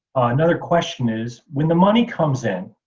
another question is when the money comes in,